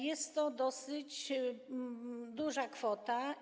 Jest to dosyć duża kwota.